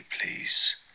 please